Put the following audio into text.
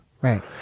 Right